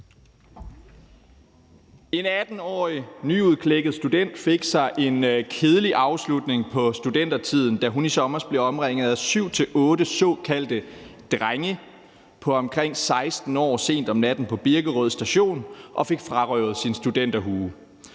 En 18-årig nyudklækket student fik sig en kedelig afslutning på studentertiden, da hun i sommers blev omringet af syv-otte såkaldte drenge på omkring 16 år sent om natten på Birkerød Station og fik frarøvet sin studenterhue.